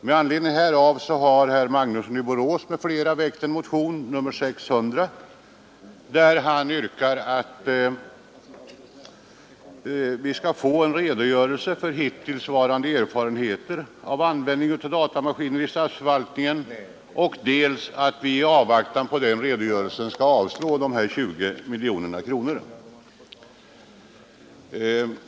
Med anledning härav har herr Magnusson i Borås m.fl. väckt motionen 600, vari yrkas att riksdagen dels hos Kungl. Maj:t hemställer om en redogörelse för hittillsvarande erfarenheter av användning av datamaskiner i statsförvaltningen, dels i avvaktan på en sådan redogörelse avslår Kungl. Maj:ts hemställan om bemyndigande att beställa datamaskinutrustning för 20 miljoner kronor.